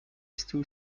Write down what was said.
too